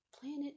planet